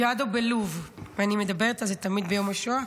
בג'אדו בלוב, ואני מדברת על זה תמיד ביום השואה.